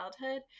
childhood